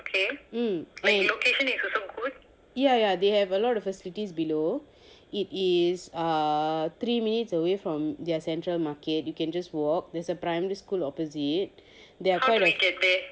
mm mm ya ya they have a lot of facilities below it is a three minutes away from their central market you can just walk there's a primary school opposite there are